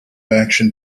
action